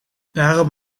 daarom